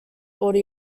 auto